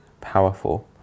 powerful